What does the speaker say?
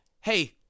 hey